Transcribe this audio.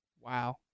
Wow